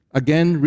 again